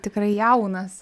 tikrai jaunas